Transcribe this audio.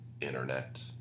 internet